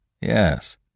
Yes